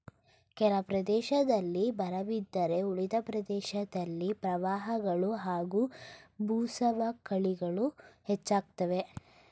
ಕೆಲ ಪ್ರದೇಶದಲ್ಲಿ ಬರವಿದ್ದರೆ ಉಳಿದ ಪ್ರದೇಶದಲ್ಲಿ ಪ್ರವಾಹಗಳು ಹಾಗೂ ಭೂಸವಕಳಿಗಳು ಹೆಚ್ಚಾಗ್ತವೆ